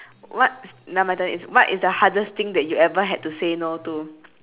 what now my turn it's what is the hardest thing that you ever had to say no to